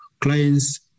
clients